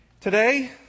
Today